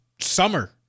summer